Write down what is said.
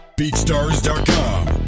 BeatStars.com